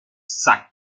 zag